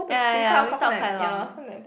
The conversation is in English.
ya ya ya we talk quite long